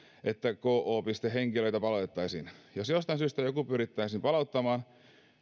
että kyseessä oleva henkilöitä palautettaisiin jos jostain syystä joku pyrittäisiin palauttamaan